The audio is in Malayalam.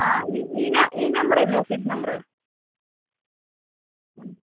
ആ ഈ ഈ ഈ നമ്പറേ ഉള്ളൂ ഓഫീസ് നമ്പറ്